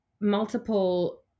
multiple